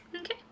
okay